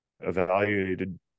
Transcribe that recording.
evaluated